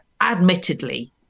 admittedly